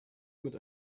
mit